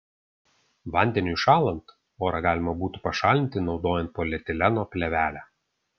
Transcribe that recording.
vandeniui šąlant orą galima būtų pašalinti naudojant polietileno plėvelę